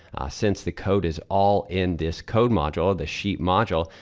since the code is all in this code module, the sheet module,